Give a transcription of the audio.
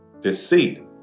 Deceit